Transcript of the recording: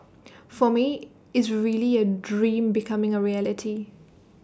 for me is really A dream becoming A reality